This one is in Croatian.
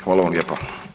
Hvala vam lijepa.